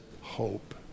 hope